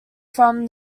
from